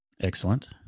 Excellent